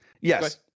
Yes